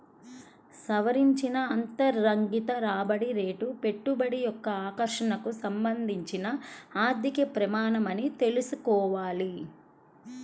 సవరించిన అంతర్గత రాబడి రేటు పెట్టుబడి యొక్క ఆకర్షణకు సంబంధించిన ఆర్థిక ప్రమాణమని తెల్సుకోవాలి